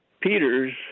Peter's